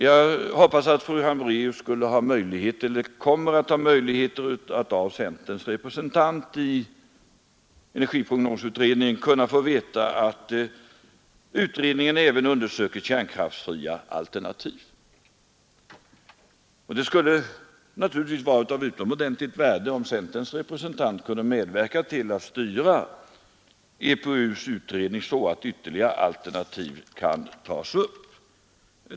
Jag hoppas att fru Hambraeus skall ha möjlighet att av centerns representant i energiprognosutredningen kunna få veta att utredningen även undersöker kärnkraftfria alternativ. Det skulle naturligtvis vara av utomordentligt värde om centerns representant kunde medverka till att styra energiprognosutredningen så att ytterligare alternativ kan tas upp.